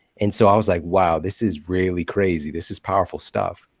and so i was like, wow, this is really crazy. this is powerful stuff.